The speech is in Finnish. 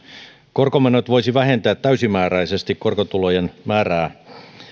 korkomenot voisi vähentää täysimääräisesti korkotulojen määrää